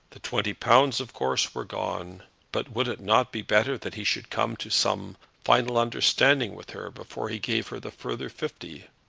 the twenty pounds, of course, were gone but would it not be better that he should come to some final understanding with her before he gave her the further fifty?